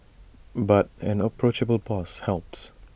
but an approachable boss helps